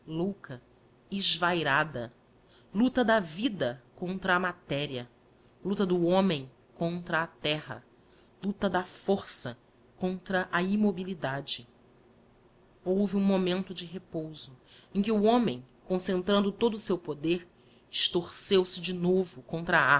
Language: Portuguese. espantosa louca esvairada luta da vida contra a matéria luta do homem contra a terra luta da força contra a immobilidade houve um momento de repouso em que o homem concentrando todo o seu poder estorceu se de novo contra a